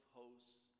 hosts